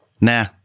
Nah